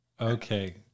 Okay